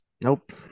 nope